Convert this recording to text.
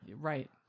right